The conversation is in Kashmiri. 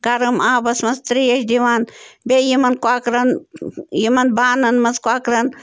گَرَم آبَس منٛز ترٛیش دِوان بیٚیہِ یِمَن کۄکرَن یِمَن بانَن منٛز کۄکرَن